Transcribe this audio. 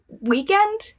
weekend